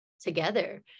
together